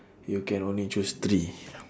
you can only choose three